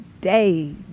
day